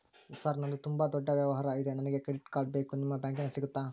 Sir ನಂದು ತುಂಬಾ ದೊಡ್ಡ ವ್ಯವಹಾರ ಇದೆ ನನಗೆ ಕ್ರೆಡಿಟ್ ಕಾರ್ಡ್ ಬೇಕು ನಿಮ್ಮ ಬ್ಯಾಂಕಿನ್ಯಾಗ ಸಿಗುತ್ತಾ?